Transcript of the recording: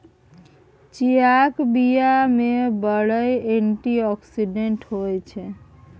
चीयाक बीया मे बड़ एंटी आक्सिडेंट होइ छै